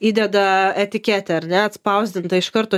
įdeda etiketę ar ne atspausdintą iš karto